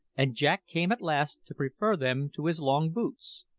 and jack came at last to prefer them to his long boots.